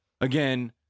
again